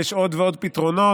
יש עוד ועוד פתרונות,